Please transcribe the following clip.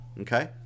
okay